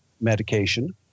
medication